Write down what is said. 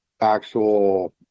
actual –